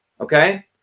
okay